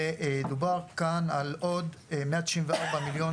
דובר כאן על עוד מאה תשעים וארבע מיליון